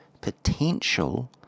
potential